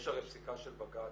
יש הרי פסיקה של בג"ץ,